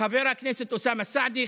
חבר הכנסת אוסאמה סעדי,